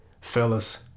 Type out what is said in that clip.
Fellas